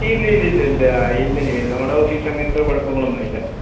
ഇല്ല ഇല്ല ഇല്ല ഇല്ല ഇല്ല നിവിന് നമ്മുടെ ഓഫീസ് അങ്ങനത്തെ കുഴപ്പങ്ങളൊന്നുമില്ല